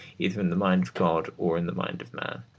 either in the mind of god or in the mind of man.